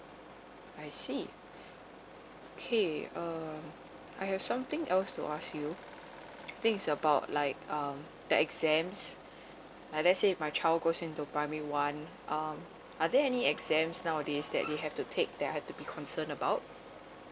I see okay um I have something else to ask you things about like um the exams I let's say my child goes into primary one um are there any exams nowadays that we have to take that I have to be concern about